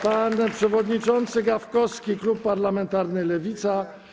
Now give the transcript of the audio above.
Pan przewodniczący Gawkowski, klub parlamentarny Lewica.